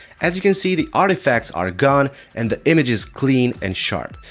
as you can see the artifacts are gone and the image is clean and sharp.